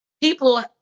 People